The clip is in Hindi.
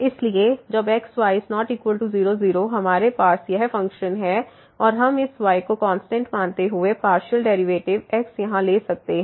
इसलिए जब x y≠0 0 हमारे पास यह फ़ंक्शन है और हम इस y को कांस्टेंट मानते हुए पार्शियल डेरिवेटिव x यहां ले सकते हैं